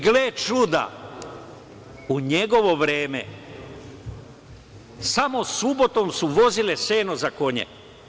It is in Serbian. Gle čuda, u njegovo vreme samo subotom su vozile seno za konje.